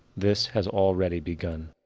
this has already begun.